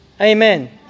Amen